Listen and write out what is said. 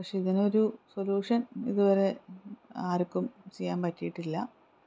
പക്ഷെ ഇതിനൊരു സൊല്യൂഷൻ ഇതുവരെ ആർക്കും ചെയ്യാൻ പറ്റിയിട്ടില്ല